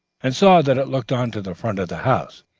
and saw that it looked on to the front of the house.